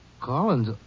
Collins